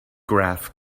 graph